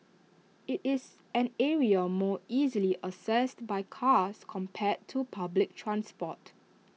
IT is an area more easily accessed by cars compared to public transport